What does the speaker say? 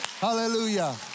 Hallelujah